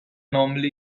normally